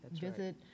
visit